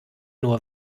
nur